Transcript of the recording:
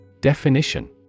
Definition